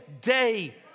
day